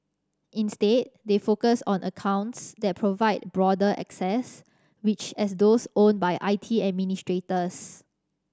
instead they focus on accounts that provide broader access which as those owned by I T administrators